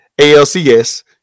ALCS